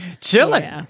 chilling